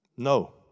No